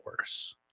worse